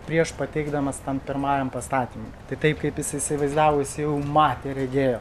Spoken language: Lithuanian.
prieš pateikdamas tam pirmajam pastatymui tai taip kaip jis įsivaizdavo jisai matė regėjo